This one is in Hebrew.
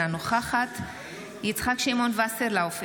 אינה נוכחת יצחק שמעון וסרלאוף,